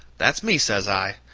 that's me, says i.